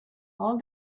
all